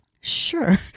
Sure